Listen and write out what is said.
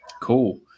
cool